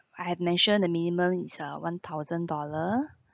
I had mentioned the minimum is a one thousand dollar